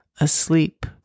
asleep